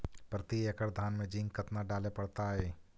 प्रती एकड़ धान मे जिंक कतना डाले पड़ताई?